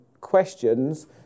questions